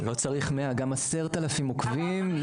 לא צריך 100 גם 10 אלף עוקבים,